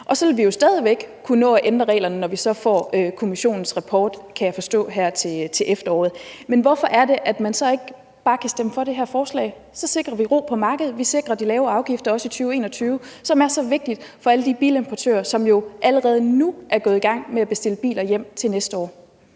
så vil vi stadig væk kunne nå at ændre reglerne, når vi så får kommissionens rapport, kan jeg forstå, her til efteråret. Men hvorfor er det så, at man ikke bare kan stemme for det her forslag? Så sikrer vi ro på markedet, og vi sikrer de lave afgifter, også i 2021, hvilket er så vigtigt for alle de bilimportører, som jo allerede nu er gået i gang med at bestille biler hjem til næste år.